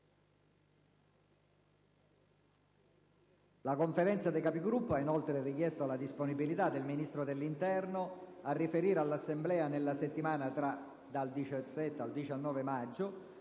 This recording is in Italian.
La Conferenza dei Capigruppo ha inoltre richiesto la disponibilità del Ministro dell'interno a riferire all'Assemblea nella settimana dal 17 al 19 maggio